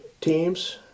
teams